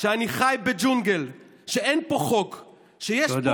שאני חי בג'ונגל, שאין פה חוק, תודה.